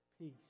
peace